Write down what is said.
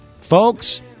Folks